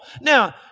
Now